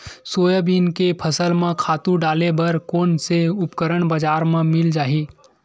Soybean के फसल म खातु डाले बर कोन से उपकरण बजार म मिल जाहि?